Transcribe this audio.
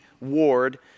Ward